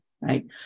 right